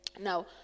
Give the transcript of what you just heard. Now